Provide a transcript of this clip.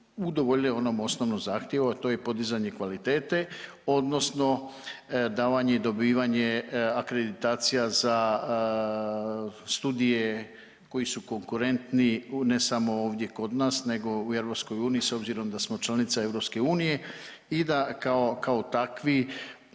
udovoljile onom osnovnom zahtjevu, a to je podizanje kvalitete odnosno davanje i dobivanje akreditacija za studije koji su konkurentni ne samo ovdje kod nas nego i u EU s obzirom da smo članica EU i da kao, kao